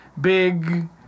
big